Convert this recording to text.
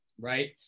right